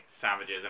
savages